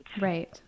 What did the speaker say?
Right